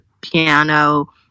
piano